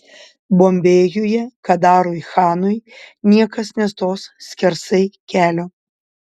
bombėjuje kadarui chanui niekas nestos skersai kelio